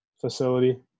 facility